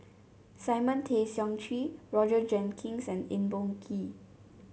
Simon Tay Seong Chee Roger Jenkins and Eng Boh Kee